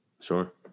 Sure